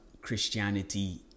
Christianity